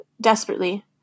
desperately